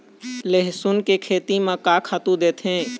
लेसुन के खेती म का खातू देथे?